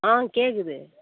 ஆ கேட்குது